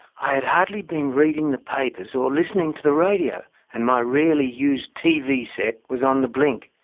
i had hardly been reading the papers or listening to the radio and my rarely used tv set was on the blink.